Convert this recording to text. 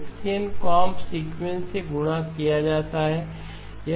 x n कांब sequence से गुणा किया जाता है